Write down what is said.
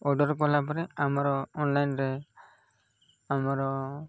order କଲା ପରେ ଆମର ଅନ୍ଲାଇନ୍ରେ ଆମର